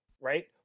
Right